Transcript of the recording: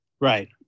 Right